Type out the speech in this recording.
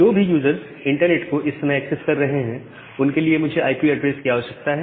जो भी users internet को इस समय एक्सेस कर रहे हैं उनके लिए मुझे आईपी ऐड्रेसेस की आवश्यकता है